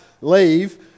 leave